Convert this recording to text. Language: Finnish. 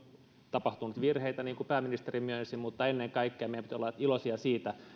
tapahtunut virheitä niin kuin pääministeri myönsi mutta ennen kaikkea meidän pitää olla iloisia siitä